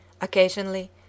Occasionally